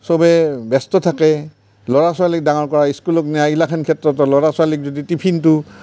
চবে ব্যস্ত থাকে ল'ৰা ছোৱালীক ডাঙৰ কৰা ইস্কুলক নিয়া এইগিলাখনত ল'ৰা ছোৱালীক যদি টিফিনটো